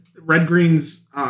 Red-green's